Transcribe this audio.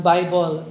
Bible